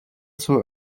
zur